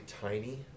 tiny